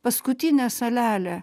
paskutinė salelė